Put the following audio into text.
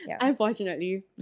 unfortunately